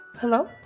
Hello